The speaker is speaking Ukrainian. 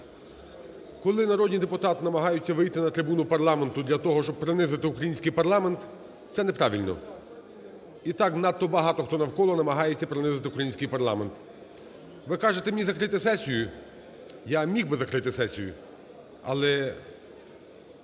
Коли народні депутати намагаються вийти на трибуну парламенту для того, щоб принизити український парламент, це неправильно. І так надто багато хто навколо намагається принизити український парламент. Ви кажете мені закрити сесію, я міг би закрити сесію, але